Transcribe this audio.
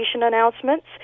announcements